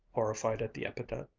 horrified at the epithet.